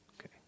okay